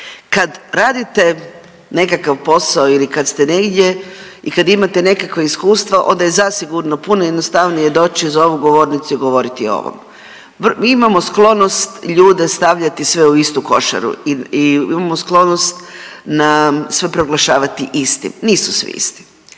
kad radite nekakav posao ili kad ste negdje i kad imate nekakvo iskustva onda je zasigurno puno jednostavnije doći za ovu govornicu i govoriti o ovom. Mi imamo sklonost ljude stavljati sve u istu košaru i imamo sklonost na sve proglašavati istim. Nisu svi isti.